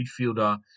midfielder